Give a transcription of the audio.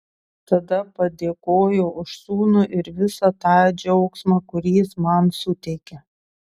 tada padėkojau už sūnų ir visą tą džiaugsmą kurį jis man suteikia